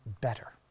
better